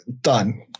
done